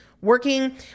working